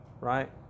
Right